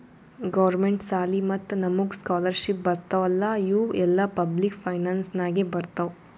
government ಸಾಲಿ ಮತ್ತ ನಮುಗ್ ಸ್ಕಾಲರ್ಶಿಪ್ ಬರ್ತಾವ್ ಅಲ್ಲಾ ಇವು ಎಲ್ಲಾ ಪಬ್ಲಿಕ್ ಫೈನಾನ್ಸ್ ನಾಗೆ ಬರ್ತಾವ್